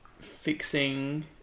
fixing